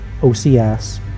OCS